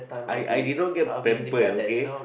I I did not get pamper okay